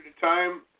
time